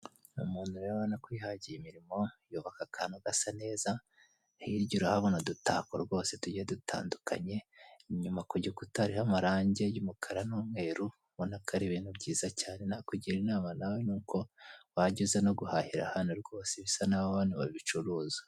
Uyu muntu rero urabona ko yihangiye imirimo yubaka akantu gasa neza, hirya urahabona udutako rwose tugiye dutandukanye inyuma ku gikuta hariho amarange y'umukara n'umweru ubona ko ari ibintu byiza cyane nakugira inama nawe nuko wajya uza no guhahira rwose bisa naho bano babicuruza.